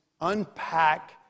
unpack